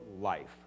life